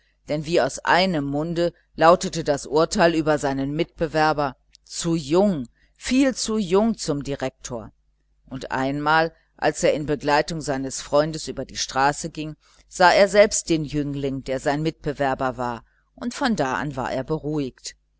denn wie aus einem munde lautete das urteil über seinen mitbewerber zu jung viel zu jung zum direktor und einmal als er in begleitung seines freundes über die straße ging sah er selbst den jüngling der sein mitbewerber war und von da an war er beruhigt